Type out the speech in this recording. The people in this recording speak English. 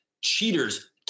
Cheaters